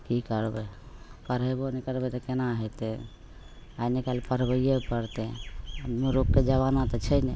कि करबै पढ़ेबो नहि करबै तऽ कोना हेतै आइ नहि काल्हि पढ़बैए पड़तै मुरुखके जमाना तऽ छै नहि